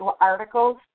articles